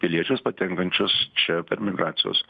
piliečius patenkančius čia per migracijos